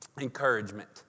encouragement